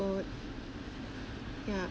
yeah